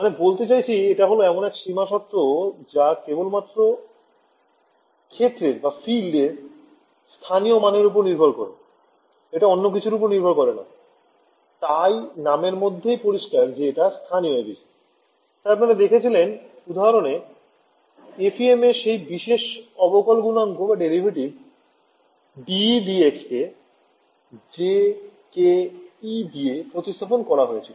মানে বলতে চাইছি এটা হল এমন এক সীমা শর্ত যা কেবলমাত্র ক্ষেত্রের স্থানীয় মানের ওপর নির্ভর করে এটা অন্য কিছুর ওপর নির্ভর করে না তাই নামের মধ্যেই পরিস্কার যে এটা স্থানীয় ABC তাই আপনারা দেখেছিলেন উদাহরণে FEM এ সেই বিশেষ অবকল গুণাঙ্ক dEdx কে jkE দিয়ে প্রতিস্থাপন করা হয়েছিল